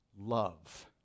love